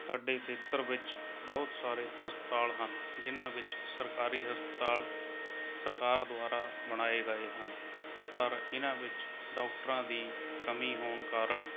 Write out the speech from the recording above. ਸਾਡੇ ਖੇਤਰ ਵਿੱਚ ਬਹੁਤ ਸਾਰੇ ਹਸਪਤਾਲ ਹਨ ਜਿਹਨਾਂ ਵਿੱਚ ਸਰਕਾਰੀ ਹਸਪਤਾਲ ਸਰਕਾਰ ਦੁਆਰਾ ਬਣਾਏ ਗਏ ਹਨ ਪਰ ਇਹਨਾਂ ਵਿੱਚ ਡਾਕਟਰਾਂ ਦੀ ਕਮੀ ਹੋਣ ਕਾਰਨ